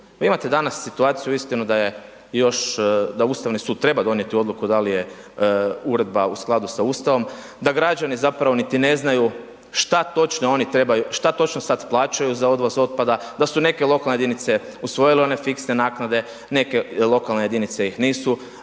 se ne razumije./... da je, još, da Ustavni sud treba donijeti odluku da li je Uredba u skladu sa Ustavom, da građani zapravo niti ne znaju šta točno oni trebaju, šta točno sad plaćaju za odvoz otpada, da su neke lokalne jedinice usvojile one fiksne naknade, neke lokalne jedinice ih nisu